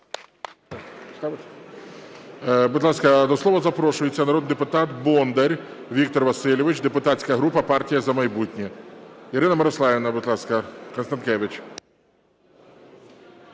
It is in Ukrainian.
Будь ласка, до слова запрошується народний депутат Бондар Віктор Васильович, депутатська група "Партія "За майбутнє". Ірина Мирославівна, будь ласка, Констанкевич.